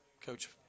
Coach